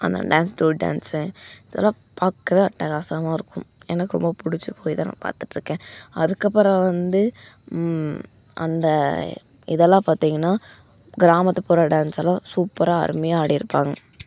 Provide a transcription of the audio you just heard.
அந்த டான்ஸ் ஜோடி டான்ஸை அதெல்லாம் பார்க்கவே அட்டகாசமா இருக்கும் எனக்கு ரொம்ப பிடிச்சி போயிதான் நான் பார்த்துட்ருக்கேன் அதுக்கப்புறம் வந்து அந்த இதெல்லாம் பார்த்தீங்கன்னா கிராமத்துபுறம் டான்ஸெல்லாம் சூப்பராக அருமையாக ஆடிருப்பாங்க